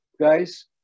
guys